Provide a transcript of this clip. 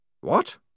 What